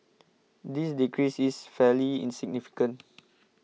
this decrease is fairly in significant